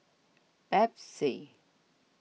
Pepsi